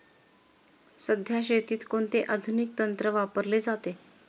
सध्या शेतीत कोणते आधुनिक तंत्र वापरले जाते?